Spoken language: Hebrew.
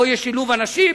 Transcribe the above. פה יש שילוב אנשים,